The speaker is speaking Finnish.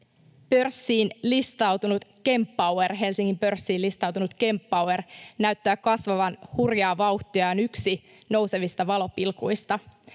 Helsingin pörssiin listautunut Kempower näyttää kasvavan hurjaa vauhtia ja on yksi nousevista valopilkuista.